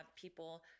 people